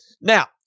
Now